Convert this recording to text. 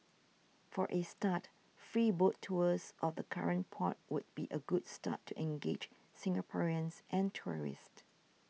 for a start free boat tours of the current port could be a good start to engage Singaporeans and tourists